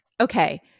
Okay